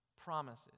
promises